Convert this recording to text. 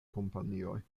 kompanioj